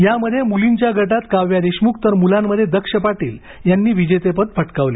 यामध्ये मुलींच्या गटात काव्या देशमुख तर मुलांमध्ये दक्ष पाटील यांनी विजेतेपद पटकावले